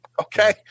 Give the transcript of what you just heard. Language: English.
Okay